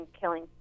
killing